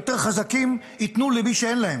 היותר-חזקים ייתנו למי שאין להם.